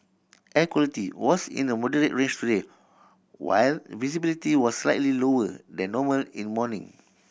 air quality was in the moderate range today while visibility was slightly lower than normal in morning